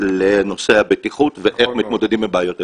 לנושא הבטיחות ואיך מתמודדים עם הבעיות האלה.